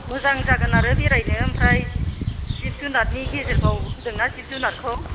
मोजां जागोन आरो बेरायनो ओमफ्राय जिब जुनारनि गेजेरखौ होन्दोंना जिब जुनारखौ